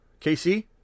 KC